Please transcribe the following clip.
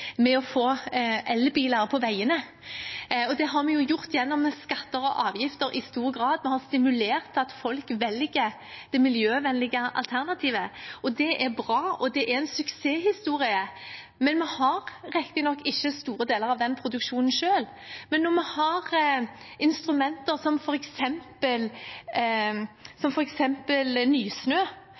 med å få elbiler på veiene, og det har vi i stor grad gjort gjennom skatter og avgifter, vi har stimulert til at folk velger det miljøvennlige alternativet. Det er bra, og det er en suksesshistorie. Vi har riktignok ikke store deler av den produksjonen selv, men når vi har instrumenter som